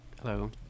Hello